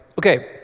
Okay